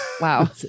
Wow